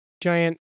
giant